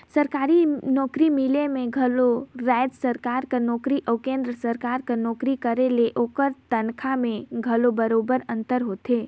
सरकारी नउकरी मिले में घलो राएज सरकार कर नोकरी अउ केन्द्र सरकार कर नोकरी करे ले ओकर तनखा में घलो बरोबेर अंतर होथे